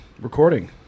recording